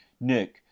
nick